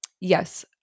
Yes